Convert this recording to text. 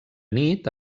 nit